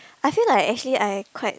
I feel like actually I quite